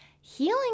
Healing